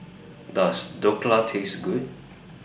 Does Dhokla Taste Good